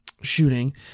shooting